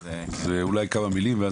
אז אולי כמה מילים?